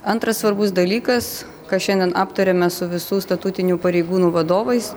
antras svarbus dalykas ką šiandien aptarėme su visų statutinių pareigūnų vadovais